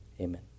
Amen